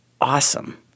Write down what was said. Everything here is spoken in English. awesome